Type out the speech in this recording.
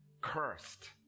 cursed